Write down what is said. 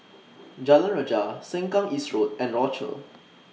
Jalan Rajah Sengkang East Road and Rochor